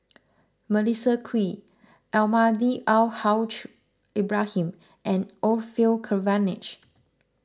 Melissa Kwee Almahdi Al Haj Ibrahim and Orfeur Cavenagh